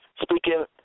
speaking